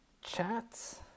chat